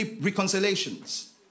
reconciliations